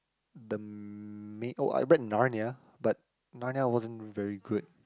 the main oh I read Narnia but Narnia wasn't very good